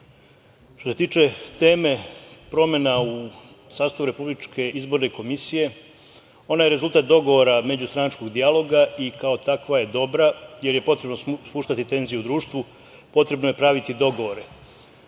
se tiče teme – promena u sastavu RIK-a, ona je rezultat dogovora međustranačkog dijaloga i kao takva je dobra jer je potrebno spuštati tenziju u društvu, potrebno je praviti dogovore. Treba